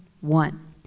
one